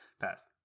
Pass